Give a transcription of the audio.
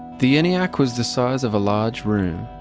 the eniac was the size of a large room.